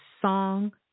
song